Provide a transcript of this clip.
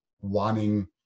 wanting